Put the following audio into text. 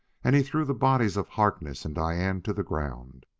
and he threw the bodies of harkness and diane to the ground.